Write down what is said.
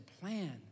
plan